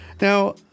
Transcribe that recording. Now